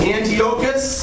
Antiochus